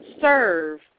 serve